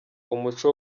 umuco